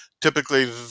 typically